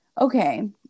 okay